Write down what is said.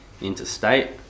interstate